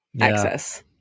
access